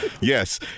Yes